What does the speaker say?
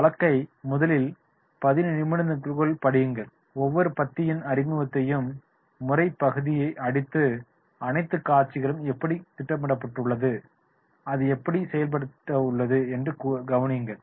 வழக்கைப் முதலில் 15 நிமிடங்களுக்குள் படியுங்கள் ஒவ்வொரு பத்தியின் அறிமுகப்பகுதியும் முடிவை பகுதியும் படித்து அனைத்து காட்சிகளும் எப்படி திட்டமிடபட்டுள்ளது அது எப்படி செய்யப்பட்டுள்ளது என்று கவனியங்கள்